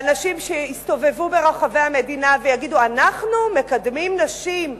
ואנשים שיסתובבו ברחבי המדינה ויגידו: אנחנו מקדמים נשים,